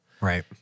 Right